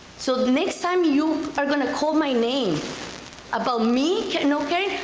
so next time you are gonna call my name about me and okay,